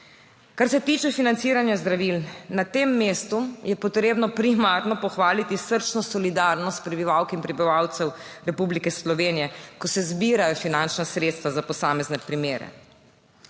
Kar se tiče financiranja zdravil, na tem mestu je potrebno primarno pohvaliti srčno solidarnost prebivalk in prebivalcev Republike Slovenije, ko se zbirajo finančna sredstva za posamezne primere.